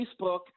Facebook